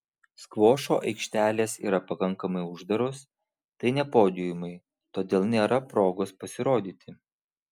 skvošo aikštelės yra pakankamai uždaros tai ne podiumai todėl nėra progos pasirodyti